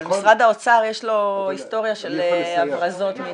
אבל משרד האוצר יש לו היסטוריה של הברזות מאצלי.